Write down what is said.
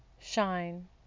shine